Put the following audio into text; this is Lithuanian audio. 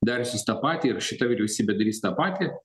dariusios tą patį ir šita vyriausybė darys tą patį